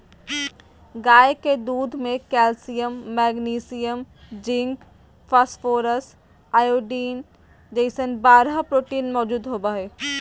गाय के दूध में calcium, magnesium, zinc, phosphorus, iodine जैसन बारह प्रोटीन मौजूद होबा हइ